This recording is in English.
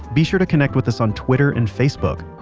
be sure to connect with us on twitter and facebook.